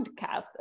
podcast